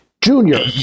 Junior